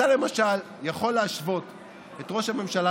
אתה למשל יכול להשוות את ראש הממשלה